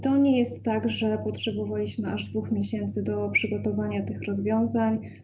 To nie jest tak, że potrzebowaliśmy aż 2 miesięcy do przygotowania tych rozwiązań.